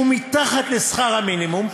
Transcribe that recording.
שהוא מתחת לשכר המינימום,